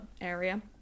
area